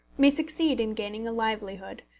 may succeed in gaining a livelihood,